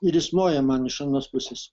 ir jis moja man iš anos pusės